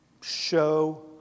show